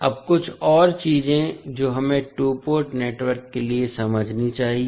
अब कुछ और चीजें जो हमें टू पोर्ट नेटवर्क के लिए समझनी चाहिए